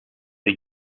the